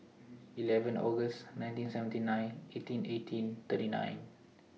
eleven August nineteen seventy eight eighteen eighteen thirty nine